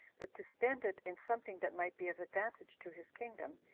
but to spend it in something that might be of advantage to his kingdom,